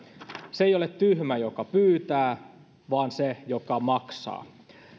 se ei ole tyhmä joka pyytää vaan se joka maksaa